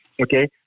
Okay